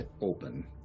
open